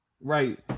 right